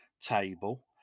table